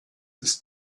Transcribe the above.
ist